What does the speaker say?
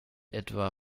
etwa